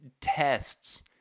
tests